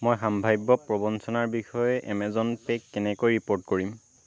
মই সাম্ভাৱ্য প্ৰৱঞ্চনাৰ বিষয়ে এমেজন পে'ক কেনেকৈ ৰিপ'ৰ্ট কৰিম